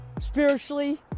spiritually